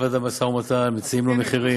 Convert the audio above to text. מתנהל בוודאי משא ומתן, מציעים להם מחירים.